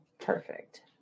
Perfect